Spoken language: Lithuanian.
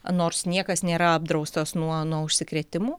nors niekas nėra apdraustas nuo nuo užsikrėtimų